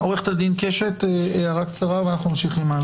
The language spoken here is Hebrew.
עורכת הדין קשת, הערה קצרה ואנחנו ממשיכים.